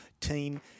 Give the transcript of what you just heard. team